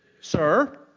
sir